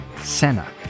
Senna